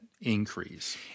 increase